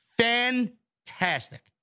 fantastic